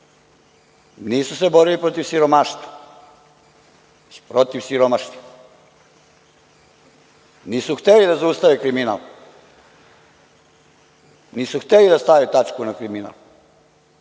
već protiv siromašnih. Nisu hteli da zaustave kriminal, nisu hteli da stave tačku na kriminal,